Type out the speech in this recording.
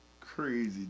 crazy